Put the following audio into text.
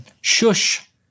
Shush